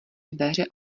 dveře